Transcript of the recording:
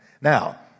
Now